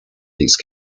these